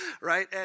right